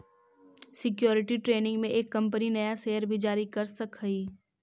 security training में एक company नया शेयर भी जारी कर सकऽ हई